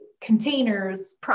containers